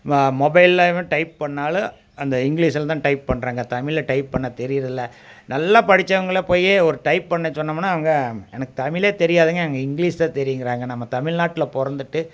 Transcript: மொபைல்லயும் type பண்ணாலும் அந்த இங்கிலீஷ்ல தான் டைப் பண்ணுறாங்க தமிழ்ல டைப் பண்ணத் தெரியிறதில்லை நல்லா படிச்சவங்களை போய் ஒரு டைப் பண்ண சொன்னோமுன்னா அவங்க எனக்கு தமிழே தெரியாதுங்க எனக்கு இங்கிலீஷ் தான் தெரியுங்கிறாங்க நம்ம தமிழ்நாட்டுல பிறந்துட்டு